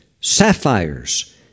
sapphires